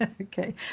Okay